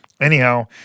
Anyhow